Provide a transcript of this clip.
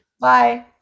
Bye